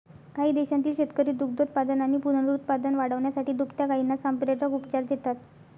काही देशांतील शेतकरी दुग्धोत्पादन आणि पुनरुत्पादन वाढवण्यासाठी दुभत्या गायींना संप्रेरक उपचार देतात